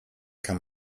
kann